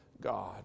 God